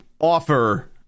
offer